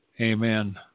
Amen